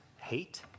hate